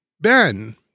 Ben